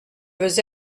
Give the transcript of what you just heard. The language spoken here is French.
veux